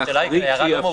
ההערה היא לא מהותית.